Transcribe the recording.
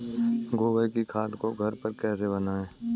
गोबर की खाद को घर पर कैसे बनाएँ?